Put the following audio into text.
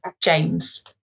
James